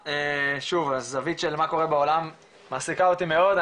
שוב, הזווית של מה קורה בעולם מעסיקה אותי מאוד.